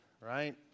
right